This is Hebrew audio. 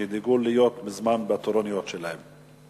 שידאגו להיות בזמן בתורנויות שלהם.